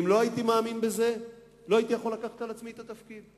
אם לא הייתי מאמין בזה לא הייתי יכול לקבל עלי את התפקיד.